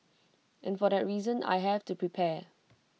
and for that reason I have to prepare